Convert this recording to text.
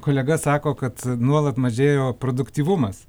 kolega sako kad nuolat mažėjo produktyvumas